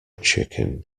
chicken